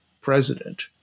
president